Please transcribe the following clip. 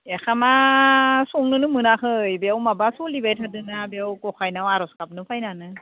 ओंखामा संनोनो मोनाखै बेयाव माबा सोलिबाय थादोंना बेयाव गखायनाव आरज गाबनो फैनानै